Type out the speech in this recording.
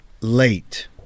late